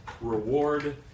reward